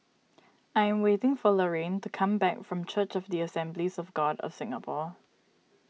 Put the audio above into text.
I'm waiting for Laraine to come back from Church of the Assemblies of God of Singapore